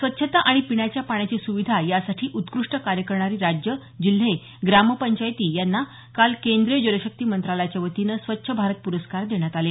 स्वच्छता अणि पिण्याच्या पाण्याची सुविधा यासाठी उत्कृष्ट कार्य करणारे राज्ये जिल्हे ग्रामपंचायती यांना काल केंद्रीय जलशक्ती मंत्रालयाच्या वतीनं स्वच्छ भारत पुरस्कार देण्यात आले